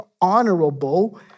honorable